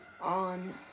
on